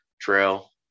Trail